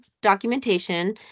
documentation